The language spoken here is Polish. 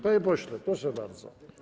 Panie pośle, proszę bardzo.